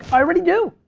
i already do,